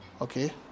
Okay